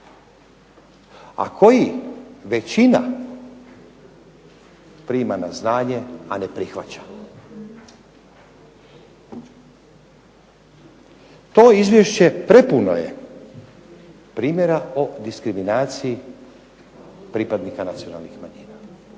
A koji većina prima na znanje, a ne prihvaća. To izvješće prepuno je primjera o diskriminaciji pripadnika nacionalnih manjina,